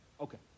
Okay